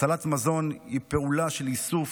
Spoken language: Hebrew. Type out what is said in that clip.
הצלת מזון היא פעולה של איסוף,